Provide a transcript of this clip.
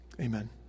Amen